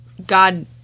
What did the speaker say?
God